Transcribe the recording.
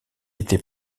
été